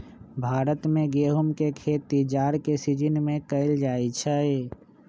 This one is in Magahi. भारत में गेहूम के खेती जाड़ के सिजिन में कएल जाइ छइ